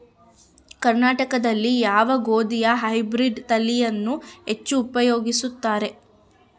ಕರ್ನಾಟಕದಲ್ಲಿ ಯಾವ ಗೋಧಿಯ ಹೈಬ್ರಿಡ್ ತಳಿಯನ್ನು ಹೆಚ್ಚು ಉಪಯೋಗಿಸುತ್ತಾರೆ?